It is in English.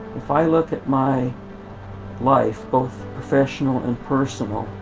if i look at my life both professional and personal